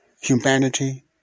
humanity